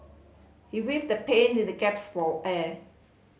he writhed the pain and gaps for air